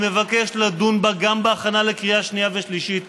אני מבקש לדון בה גם בהכנה לקריאה שנייה ושלישית.